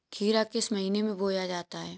खीरा किस महीने में बोया जाता है?